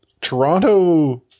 Toronto